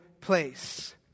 place